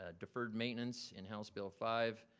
ah deferred maintenance and house bill five,